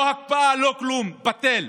לא הקפאה, לא כלום, בטל.